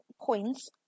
points